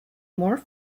more